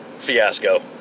Fiasco